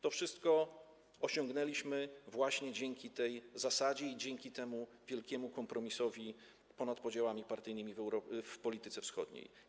To wszystko osiągnęliśmy właśnie dzięki tej zasadzie i dzięki temu wielkiemu kompromisowi ponad podziałami partyjnymi w polityce wschodniej.